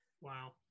wow